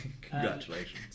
congratulations